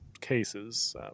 cases